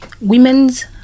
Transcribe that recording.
women's